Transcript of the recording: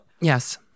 Yes